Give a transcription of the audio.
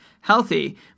healthy